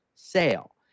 sale